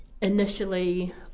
initially